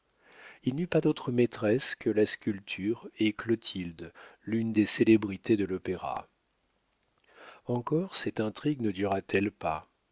il n'eut pas d'autre maîtresse que la sculpture et clotilde l'une des célébrités de l'opéra encore cette intrigue ne dura t elle pas